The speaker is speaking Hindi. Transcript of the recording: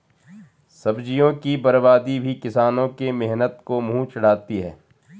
सब्जियों की बर्बादी भी किसानों के मेहनत को मुँह चिढ़ाती है